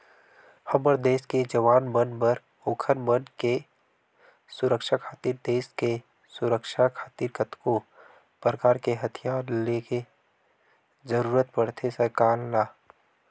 हमर देस के जवान मन बर ओखर मन के सुरक्छा खातिर देस के सुरक्छा खातिर कतको परकार के हथियार ले के जरुरत पड़थे सरकार ल